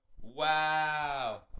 Wow